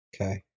Okay